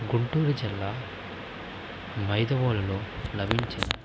గుంటూరు జిల్లా మైదవోలులో లభించింది